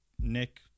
nick